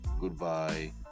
goodbye